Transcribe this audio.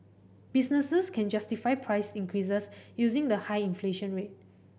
businesses can justify price increases using the high inflation rate